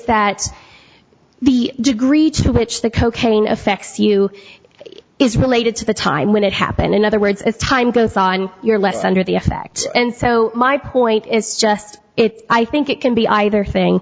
that the degree to which the cocaine affects you is related to the time when it happened in other words as time goes on you're less under the effect and so my point is just it i think it can be either thing